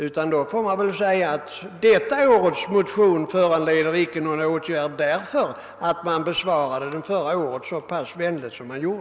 Utan då måste väl utskottet hemställa att årets motion icke måtte föranleda någon åtgärd, eftersom förra årets motion besvarades så vänligt som fallet var.